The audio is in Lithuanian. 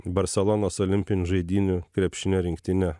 barselonos olimpinių žaidynių krepšinio rinktinė